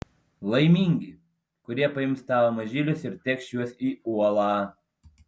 laimingi kurie paims tavo mažylius ir tėkš juos į uolą